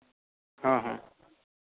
ᱦᱮᱸ ᱦᱮᱸ